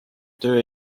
töö